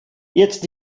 jetzt